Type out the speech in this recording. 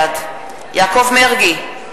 בעד יעקב מרגי,